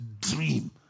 dream